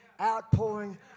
outpouring